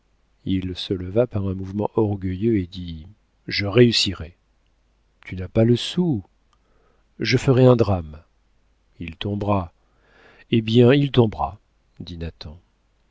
il se leva par un mouvement orgueilleux et dit je réussirai tu n'as pas le sou je ferai un drame il tombera eh bien il tombera dit